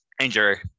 injury